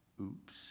oops